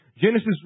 Genesis